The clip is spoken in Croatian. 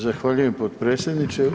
Zahvaljujem potpredsjedniče.